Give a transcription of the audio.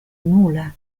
nulla